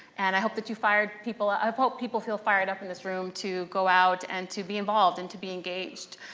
and i hope that you fired people up. ah i hope people feel fired up in this room to go out and to be involved and to be engaged.